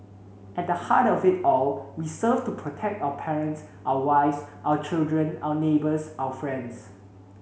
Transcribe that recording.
at the heart of it all we serve to protect our parents our wives our children our neighbours our friends